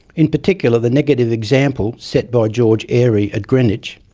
in particular, the negative example set by george airy at greenwich,